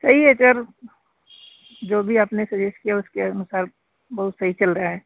सही है सर जो भी आपने सजेस्ट किया उसके अनुसार बहुत सही चल रहा है